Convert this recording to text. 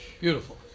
beautiful